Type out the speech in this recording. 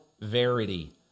verity